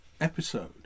Episode